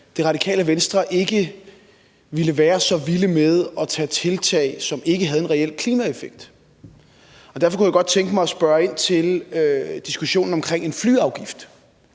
Det Radikale Venstre ikke ville være så vilde med at lave tiltag, som ikke har en reel klimaeffekt. Og derfor kunne jeg godt tænke mig at spørge ind til diskussionen om en flyafgift,